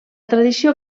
tradició